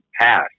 pass